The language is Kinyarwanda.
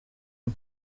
mwe